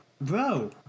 Bro